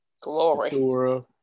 glory